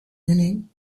whinnying